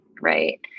right